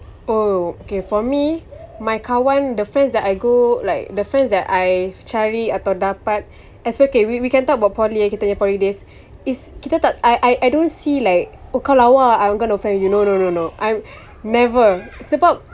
oh okay for me my kawan the friends that I go like the friends that I cari atau dapat it's okay we we can talk about poly ya kita punya poly days is kita tak I I don't see like oh kau lawa I'm gonna be friends with you no no no no I woul~ never sebab